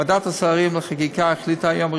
ועדת השרים לחקיקה החליטה היום,